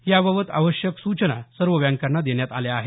याबाबत आवश्यक सूचना सर्व बँकांना देण्यात आल्या आहेत